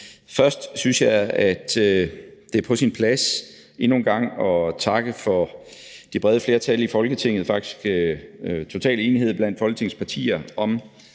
Først synes jeg, det er på sin plads endnu en gang at takke for det brede flertal i Folketinget. Der er faktisk total enighed blandt Folketingets partier om